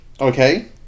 Okay